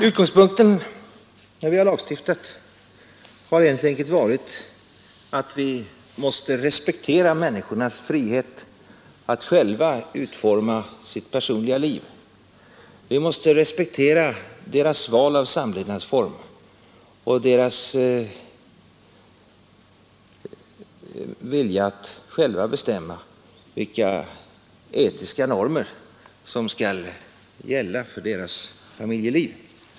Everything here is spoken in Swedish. Utgångspunkten när vi har lagstiftat har helt enkelt varit att vi måste några revolutionerande nyheter inom äktens! respektera människornas frihet att själva utforma sitt personliga liv. Vi måste respektera deras val av samlevnadsform och deras vilja att själva bestämma vilka etiska normer som skall gälla för deras familjeliv.